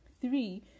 three